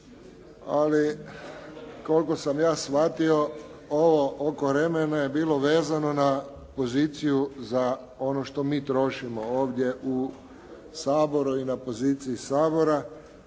Ali koliko sam ja shvatio ovo oko remena je bilo vezano na poziciju za ono što mi trošimo ovdje u Saboru i na poziciji Sabora,